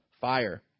fire